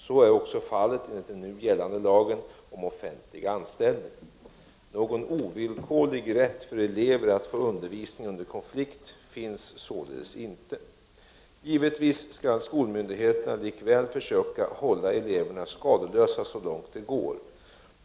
Så är också fallet enligt den nu gällande lagen om offentlig anställning. Någon ovillkorlig rätt för elever att få undervisning under konflikt finns således inte. Givetvis skall skolmyndigheterna likväl försöka hålla eleverna skadeslösa så långt det går.